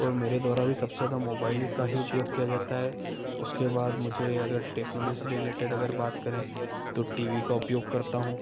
और मेरे द्वारा भी सबसे ज्यादा मोबाइल का ही उपयोग किया जाता है उसके बाद मुझे अगर टेक्नोलॉजी से रिलेटेड अगर बात करें तो टी वी का उपयोग करता हूँ